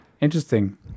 Interesting